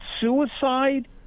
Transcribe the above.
suicide